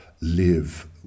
live